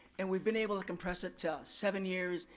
and we've been able to compress it to seven years,